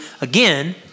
again